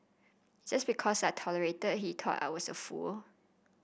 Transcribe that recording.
just because I tolerated he thought I was a fool